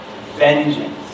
Vengeance